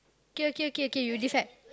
okay okay okay you decide